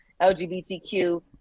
LGBTQ